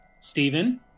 Stephen